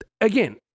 Again